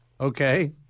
Okay